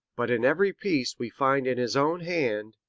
but in every piece we find in his own hand,